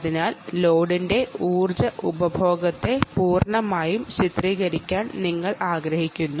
അതിനാൽ ലോഡിന്റെ ഊർജ്ജ ഉപഭോഗത്തെ പൂർണ്ണമായും ചിത്രീകരിക്കാൻ ഞങ്ങൾ ആഗ്രഹിക്കുന്നു